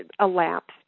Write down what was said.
elapsed